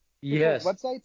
Yes